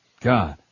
God